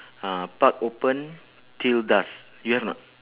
uh park open till dusk you have or not